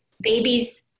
Babies